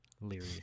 leery